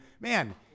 man